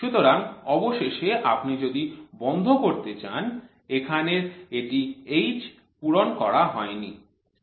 সুতরাং অবশেষে আপনি যদি বন্ধ করতে চান এখানের একটি H পূরণ করা হয়নি